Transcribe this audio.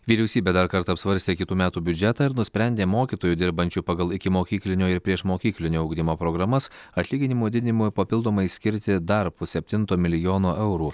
vyriausybė dar kartą apsvarstė kitų metų biudžetą ir nusprendė mokytojų dirbančių pagal ikimokyklinio ir priešmokyklinio ugdymo programas atlyginimo didinimui papildomai skirti dar pusseptinto milijono eurų